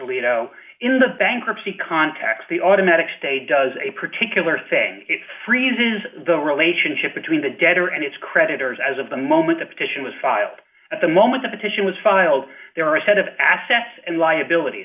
the bankruptcy context the automatic state does a particular thing it freezes the relationship between the debtor and its creditors as of the moment the petition was filed at the moment the petition was filed there are a set of assets and liabilit